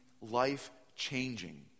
life-changing